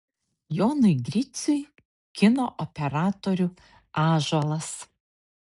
jonui griciui kino operatorių ąžuolas